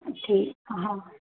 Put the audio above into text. ठीकु हा